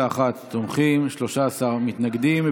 41 תומכים, 13 מתנגדים.